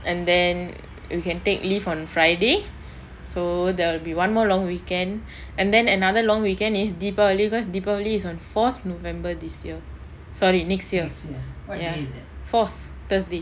and then you can take leave on friday so there will be one more long weekend and then another long weekend is deepavali cause deepavali is on fourth november this year sorry next year fourth thursday